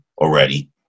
already